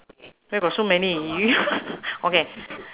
where got so many okay